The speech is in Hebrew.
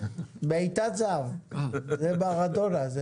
בעיטת זהב זה מראדונה.